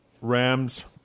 Rams